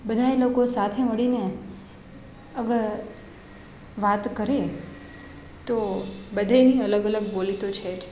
બધાંય લોકો સાથે મળીને અગર વાત કરે તો બધાંયની અલગ અલગ બોલી તો છે જ